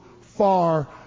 far